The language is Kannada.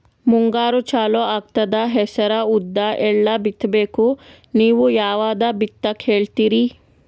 ಮುಂಗಾರು ಚಾಲು ಆಗ್ತದ ಹೆಸರ, ಉದ್ದ, ಎಳ್ಳ ಬಿತ್ತ ಬೇಕು ನೀವು ಯಾವದ ಬಿತ್ತಕ್ ಹೇಳತ್ತೀರಿ?